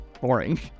boring